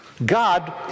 God